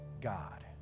God